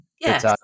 Yes